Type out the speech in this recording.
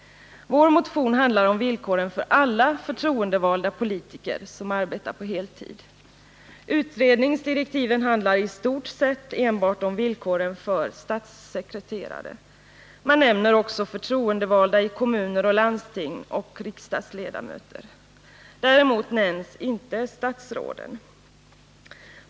Vår motion handlar om villkoren för alla förtroendevalda politiker som arbetar på heltid. Utredningsdirektiven handlar i stort sett enbart om villkoren för statssekreterare. Man nämner också förtroendevalda i kommuner och landsting samt riksdagsledamöter. Däremot nämns inte statsråden.